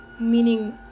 meaning